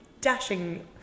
dashing